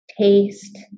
Taste